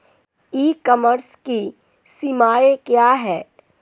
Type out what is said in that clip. ई commerce की सीमाएं क्या हैं?